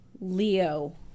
Leo